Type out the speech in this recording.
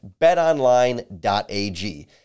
betonline.ag